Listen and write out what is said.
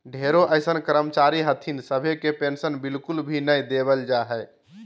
ढेरो अइसन कर्मचारी हथिन सभे के पेन्शन बिल्कुल भी नय देवल जा हय